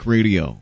Radio